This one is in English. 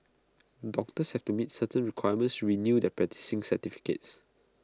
doctors have to meet certain requirements to renew their practising certificates